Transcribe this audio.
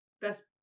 Best